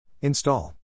Install